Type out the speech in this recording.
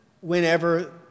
whenever